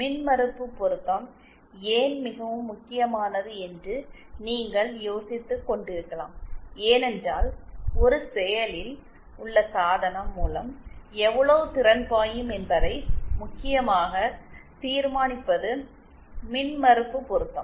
மின்மறுப்பு பொருத்தம் ஏன் மிகவும் முக்கியமானது என்று நீங்கள் யோசித்துக்கொண்டிருக்கலாம் ஏனென்றால் ஒரு செயலில் உள்ள சாதனம் மூலம் எவ்வளவு திறன் பாயும் என்பதை முக்கியமாக தீர்மானிப்பது மின்மறுப்பு பொருத்தம்